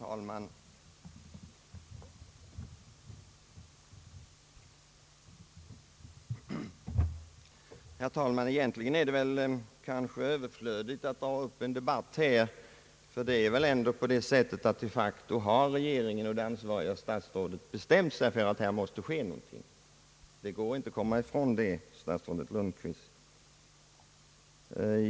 Herr talman! Egentligen är det överflödigt att ta upp en debatt här, ty de facto har väl ändå regeringen och det ansvariga statsrådet bestämt sig för att någonting skall ske. Det går inte att komma ifrån det, statsrådet Lundkvist.